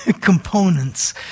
components